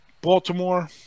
Baltimore